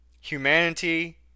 Humanity